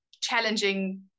challenging